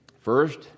First